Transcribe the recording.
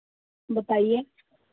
बताइए